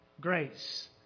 grace